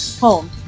home